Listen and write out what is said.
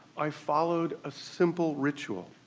i followed a simple ritual.